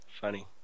Funny